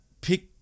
Pick